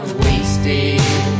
wasted